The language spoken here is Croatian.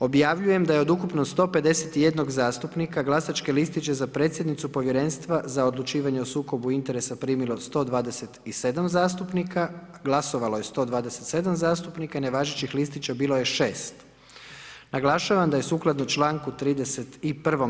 Objavljujem da je od ukupno 151 zastupnika glasačke listiće za predsjednicu Povjerenstva za odlučivanje o sukobu interesa primilo 127 zastupnika, glasovalo je 127 zastupnika i nevažećih listića bilo je 6. Naglašavam da je sukladno članku 31.